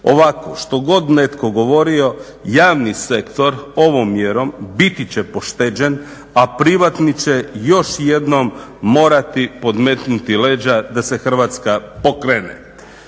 Ovako što god netko govorio javni sektor ovom mjerom biti će pošteđen,a privatni će još jednom morati podmetnuti leđa da se Hrvatska pokrene.